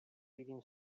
eating